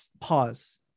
pause